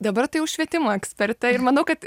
dabar tai jau švietimo eksperte ir manau kad